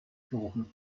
berufen